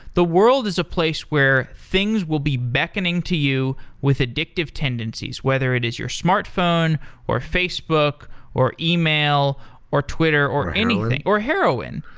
the world is a place where things will be beckoning to you with addictive tendencies whether it is your smartphone or facebook or email or twitter or anything or heroin,